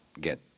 get